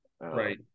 Right